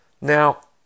Now